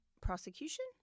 prosecution